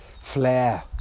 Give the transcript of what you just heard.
flair